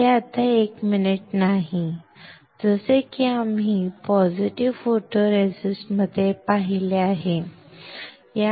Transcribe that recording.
हे आता 1 मिनिट नाही जसे की आम्ही पॉझिटिव्ह फोटोरेसिस्ट मध्ये पाहिले आहे ठीक आहे